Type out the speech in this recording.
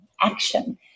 action